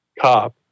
cop